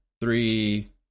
three